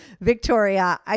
Victoria